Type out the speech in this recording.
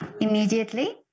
immediately